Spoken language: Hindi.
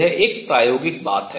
यह एक प्रायोगिक बात है